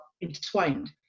intertwined